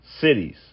cities